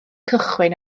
cychwyn